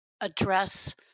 address